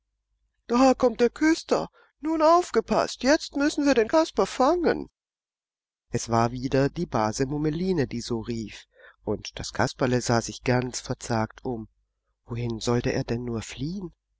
da kommt der küster nun aufgepaßt jetzt müssen wir den kasper fangen es war wieder die base mummeline die so rief und das kasperle sah sich ganz verzagt um wohin sollte er denn nur fliehen